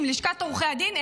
עם לשכת עורכי הדין,